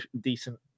decent